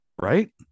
Right